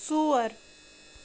ژور